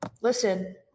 Listen